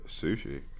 Sushi